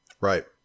Right